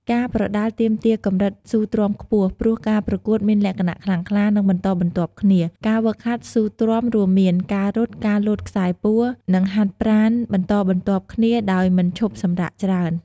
ការប្រដាល់ទាមទារកម្រិតស៊ូទ្រាំខ្ពស់ ព្រោះការប្រកួតមានលក្ខណៈខ្លាំងក្លា និងបន្តបន្ទាប់គ្នា ការហ្វឹកហាត់ស៊ូទ្រាំរួមមាន ការរត់ ការលោតខ្សែពួរ និងហាត់ប្រាណបន្តបន្ទាប់គ្នាដោយមិនឈប់សម្រាកច្រើន។